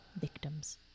victims